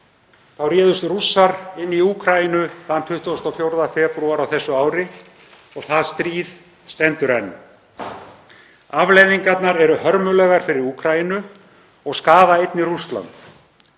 réðust Rússar inn í Úkraínu þann 24. febrúar á þessu ári og það stríð stendur enn. Afleiðingarnar eru hörmulegar fyrir Úkraínu og skaða einnig Rússland.